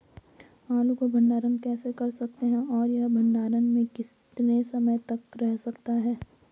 आलू को भंडारण कैसे कर सकते हैं और यह भंडारण में कितने समय तक रह सकता है?